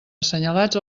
assenyalats